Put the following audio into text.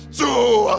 two